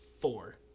four